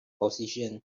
position